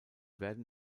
werden